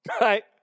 Right